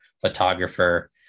photographer